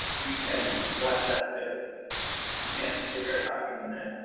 you can watch that. so you can see here we are talking and then